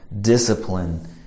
discipline